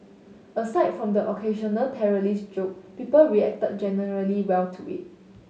aside from the occasional terrorist joke people reacted generally well to it